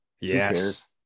Yes